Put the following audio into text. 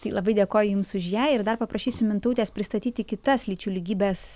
tai labai dėkoju jums už ją ir dar paprašysiu mintautės pristatyti kitas lyčių lygybės